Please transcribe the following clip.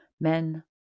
men